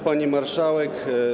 Pani Marszałek!